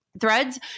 Threads